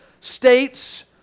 states